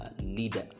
leader